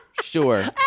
sure